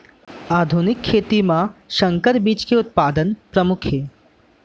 आधुनिक खेती मा संकर बीज के उत्पादन परमुख हे